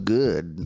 good